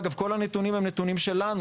אגב, כל הנתונים הם נתונים שלנו.